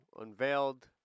unveiled